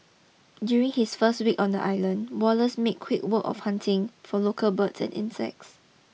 during his first week on the island Wallace made quick work of hunting for local birds and insects